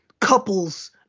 couples